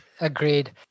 agreed